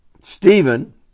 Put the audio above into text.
Stephen